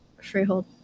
Freehold